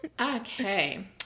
Okay